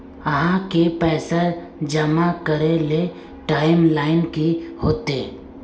आहाँ के पैसा जमा करे ले टाइम लाइन की होते?